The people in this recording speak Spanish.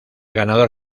ganador